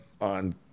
on